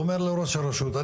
והוא אומר לראש הרשות,